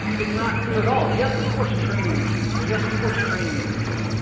it's not clear at all. yes, of course, training is useful. yes, of course, training is important.